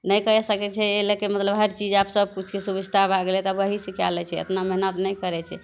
नहि करि सकै छियै एहि लेके हर चीज आब सभकिछुके सुविस्ता भए गेलै तऽ आब वही से कए लै छियै एतना मेहनत नहि करै छियै